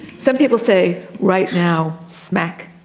some people say, right now. smack.